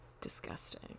disgusting